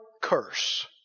curse